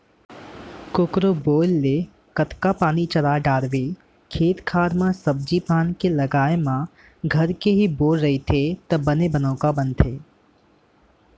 कोकरो बोर ले कतका पानी चला डारवे खेत खार म सब्जी पान के लगाए म घर के ही बोर रहिथे त बने बनउका बनथे